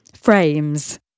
frames